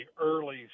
early